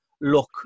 look